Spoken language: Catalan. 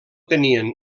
tenien